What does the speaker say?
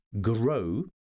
Grow